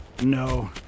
No